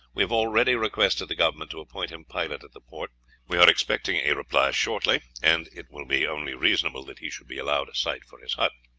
we have already requested the government to appoint him pilot at the port we are expecting a reply shortly, and it will be only reasonable that he should be allowed a site for his hut.